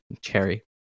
cherry